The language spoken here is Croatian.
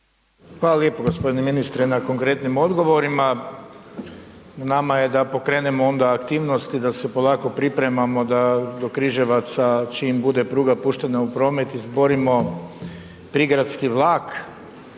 Hvala lijepo gospodine ministre na konkretnim odgovorima. Na nama je da pokrenemo onda aktivnosti da se polako pripremamo da do Križevaca čim bude pruga puštena u promet izborimo prigradski vlak